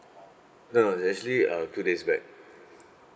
no no it's actually uh two days back